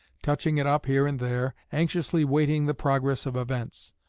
touching it up here and there, anxiously waiting the progress of events.